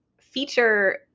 feature